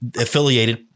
affiliated